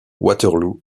waterloo